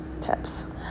tips